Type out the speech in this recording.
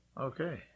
Okay